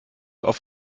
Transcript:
oft